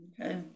Okay